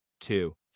two